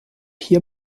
hier